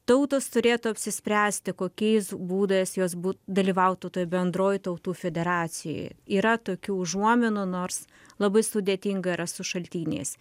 tautos turėtų apsispręsti kokiais būdais jos būt dalyvautų toj bendroj tautų federacijoj yra tokių užuominų nors labai sudėtinga yra su šaltiniais